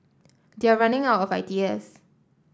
they're running out of ideas